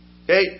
Okay